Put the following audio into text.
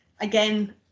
Again